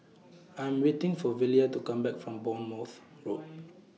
I Am waiting For Velia to Come Back from Bournemouth Road